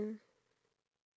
what